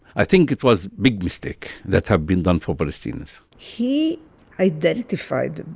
i think it was big mistake that have been done for palestinians he identified,